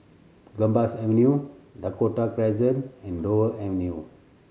Gambas Avenue Dakota Crescent and Dover Avenue